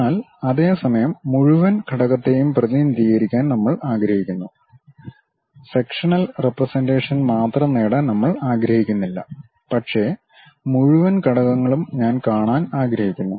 എന്നാൽ അതേ സമയം മുഴുവൻ ഘടകത്തെയും പ്രതിനിധീകരിക്കാൻ നമ്മൾ ആഗ്രഹിക്കുന്നു സെക്ഷനൽ റെപ്രെസെൻ്റേഷൻ മാത്രം നേടാൻ നമ്മൾ ആഗ്രഹിക്കുന്നില്ല പക്ഷേ മുഴുവൻ ഘടകങ്ങളും ഞാൻ കാണാൻ ആഗ്രഹിക്കുന്നു